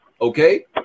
okay